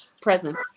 present